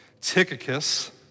Tychicus